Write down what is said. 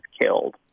killed